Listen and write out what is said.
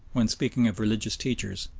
when speaking of religious teachers,